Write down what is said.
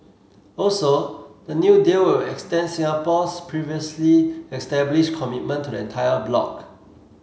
also the new deal will extend Singapore's previously established commitment to the entire bloc